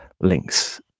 links